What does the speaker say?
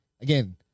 Again